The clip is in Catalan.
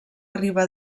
riba